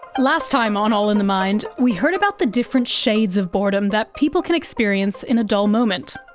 last time on all in the mind, we heard about the different shades of boredom that people can experience in a dull moment.